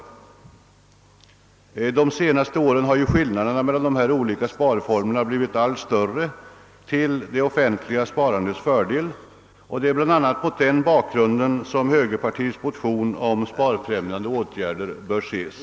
Under de senaste åren har skillnaderna mellan dessa sparformer blivit allt större till det offentliga sparandets förmån, och det är bl.a. mot denna bakgrund som högerpartiets motion om sparfrämjande åtgärder bör ses.